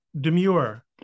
demure